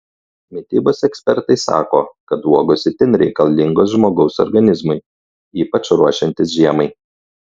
mitybos ekspertai sako kad uogos itin reikalingos žmogaus organizmui ypač ruošiantis žiemai